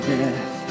death